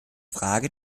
frage